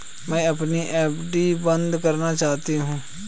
मैं अपनी एफ.डी बंद करना चाहती हूँ